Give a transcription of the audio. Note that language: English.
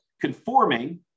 conforming